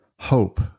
Hope